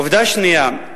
עובדה שנייה,